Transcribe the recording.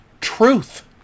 truth